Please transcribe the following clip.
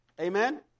Amen